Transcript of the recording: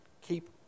Keep